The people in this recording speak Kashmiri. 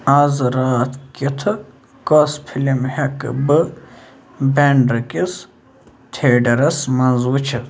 آز راتھ کیُتھٕ کۄس فِلم ہٮ۪کہٕ بہٕ بٮ۪نٛڈرٕکِس ٹھیٹَرَس منٛز وٕچھِتھ